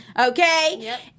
Okay